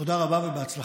תודה רבה ובהצלחה.